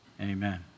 Amen